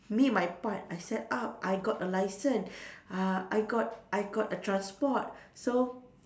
me and my part I set up I got a licence uh I got I got a transport so